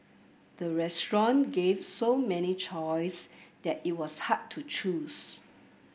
the restaurant gave so many choice that it was hard to choose